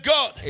God